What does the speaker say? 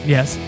Yes